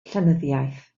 llenyddiaeth